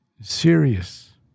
serious